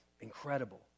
Incredible